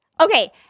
Okay